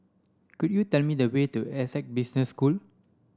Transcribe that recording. could you tell me the way to Essec Business School